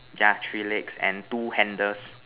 yeah three legs and two handles